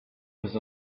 was